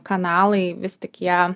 kanalai vis tik jie